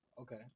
Okay